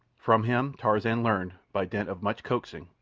from him tarzan learned, by dint of much coaxing,